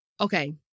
Okay